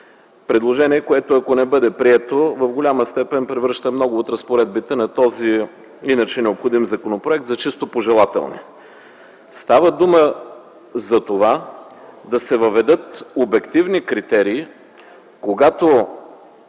важно. Ако то не бъде прието, в голяма степен ще превърне много от разпоредбите на този иначе много необходим законопроект в чисто пожелателни. Става дума да се въведат обективни критерии, когато